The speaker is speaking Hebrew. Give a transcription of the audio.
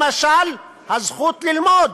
למשל הזכות ללמוד.